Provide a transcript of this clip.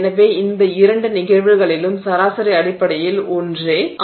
எனவே இந்த இரண்டு நிகழ்வுகளிலும் சராசரி அடிப்படையில் ஒன்றே இங்கே உள்ளது